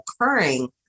occurring